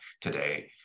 today